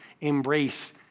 embrace